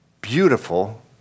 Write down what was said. Beautiful